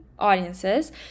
audiences